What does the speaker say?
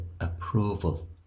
approval